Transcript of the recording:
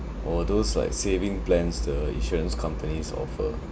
or those like saving plans the insurance companies offer